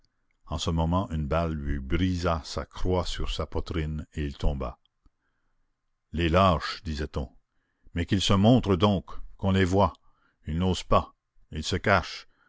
en ce moment une balle lui brisa sa croix sur sa poitrine et il tomba les lâches disait-on mais qu'ils se montrent donc qu'on les voie ils n'osent pas ils se cachent